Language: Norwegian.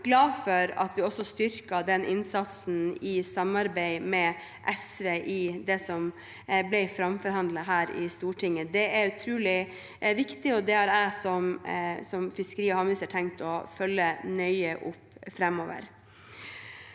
er jeg glad for at vi styrker den innsatsen i samarbeid med SV i det som ble framforhandlet her i Stortinget. Det er utrolig viktig, og det har jeg som fiskeri- og havminister tenkt å følge nøye opp framover.